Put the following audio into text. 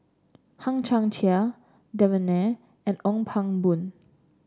Hang Chang Chieh Devan Nair and Ong Pang Boon